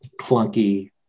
clunky